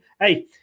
Hey